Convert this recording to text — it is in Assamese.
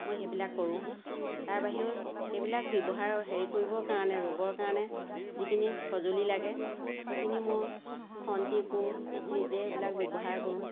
মই সেইবিলাক কৰোঁ তাৰ বাহিৰেও সেইবিলাক ব্যৱহাৰ হেৰি কৰিব কাৰণে ৰুবৰ কাৰণে যিখিনি সঁজুলি লাগে সেইখিনি মই খন্তি কোৰ নিজে সেইবিলাক ব্যৱহাৰ কৰোঁ